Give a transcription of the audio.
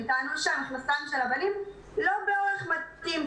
הם טענו שהמכנסיים של הבנים לא באורך מתאים,